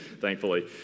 thankfully